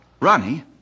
Ronnie